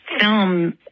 film